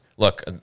Look